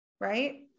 right